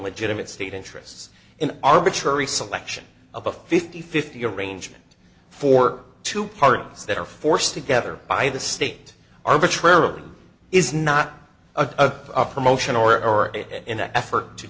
legitimate state interests in an arbitrary selection of a fifty fifty arrangement for two parties that are forced together by the state arbitrarily is not a promotion or in an effort to